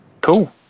Cool